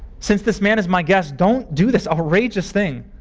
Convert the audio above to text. since this man is my guest, don't do this outrageous thing.